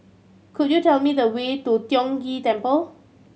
could you tell me the way to Tiong Ghee Temple